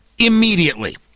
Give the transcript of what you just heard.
immediately